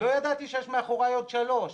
לא ידעתי שיש מאחורי עוד שלוש.